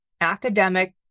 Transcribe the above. academic